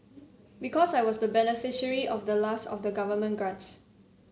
because I was the beneficiary of the last of the government grants